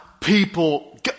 people